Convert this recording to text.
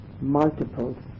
multiples